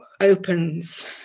opens